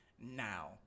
now